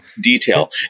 detail